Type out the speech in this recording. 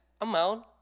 amount